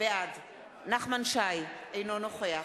בעד נחמן שי, אינו נוכח